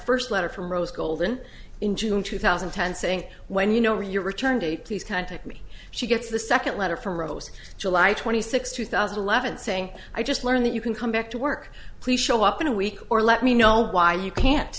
first letter from rose golden in june two thousand and ten saying when you know your return date please contact me she gets the second letter from rose july twenty sixth two thousand and eleven saying i just learned that you can come back to work please show up in a week or let me know why you can't